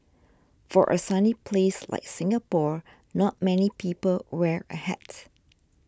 for a sunny place like Singapore not many people wear a hat